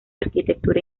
arquitectura